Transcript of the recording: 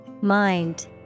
Mind